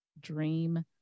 dream